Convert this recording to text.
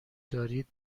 دارید